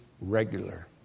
regular